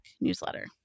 newsletter